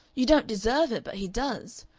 you don't deserve it, but he does.